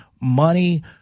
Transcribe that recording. money